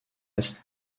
est